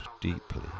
deeply